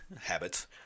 habits